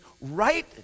right